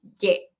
get